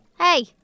Hey